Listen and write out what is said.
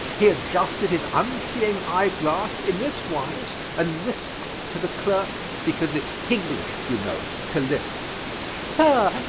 he adjusted his unseeing eye-glass in this wise and lisped to the clerk, because it's hinglish, you know, to lisp thir,